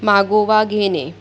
मागोवा घेणे